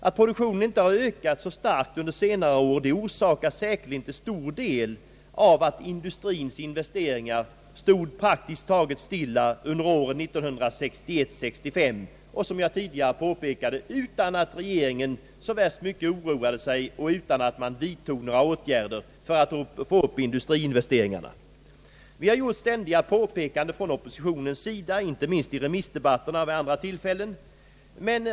Den mindre ökningen under senare år beror säkerligen till stor del på att industriens investeringar stod praktiskt taget stilla åren 1961—1965 utan att regeringen — som jag tidigare påpekat — så värst mycket oroade sig och utan att några åtgärder vidtogs för att främja industriinvesteringarna. Vi har från oppositionens sida gjort ständiga påpekanden, inte minst i remissdebatterna men även vid andra tillfällen.